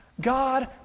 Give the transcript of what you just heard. God